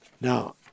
Now